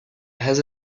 has